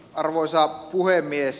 arvoisa puhemies